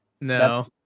No